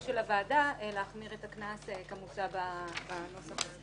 של הוועדה להחמיר את הקנס כמוצע בנוסח.